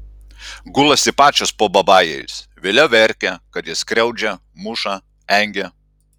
gulasi pačios po babajais vėliau verkia kad jas skriaudžia muša engia